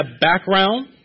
background